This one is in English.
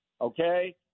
Okay